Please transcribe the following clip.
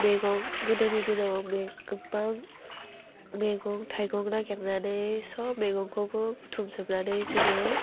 मैगं गोदोनि दिनाव मेगं गोबां मेगं थाइगं नागिरनानै सब मेगंखौबो बुथुमजोबनानै जोङो